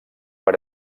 per